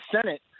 Senate